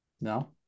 No